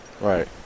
Right